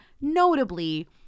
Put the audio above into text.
notably